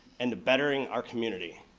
and bettering our community.